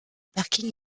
parking